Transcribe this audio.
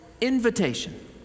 invitation